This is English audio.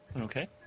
Okay